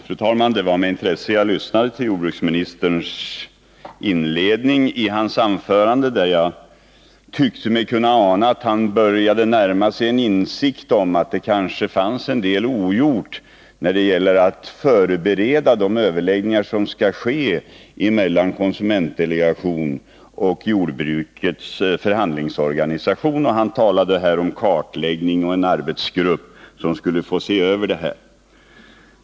Fru talman! Det var med intresse jag lyssnade till inledningen av jordbruksministerns anförande. Där tyckte jag mig ana att han började närma sig en insikt om att det kanske fanns en del ogjort när det gäller att förbereda de överläggningar som skall ske mellan konsumentdelegationen och jordbrukets förhandlingsorganisation. Han talade om kartläggning och om en arbetsgrupp som skulle få se över förhållandena.